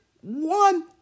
one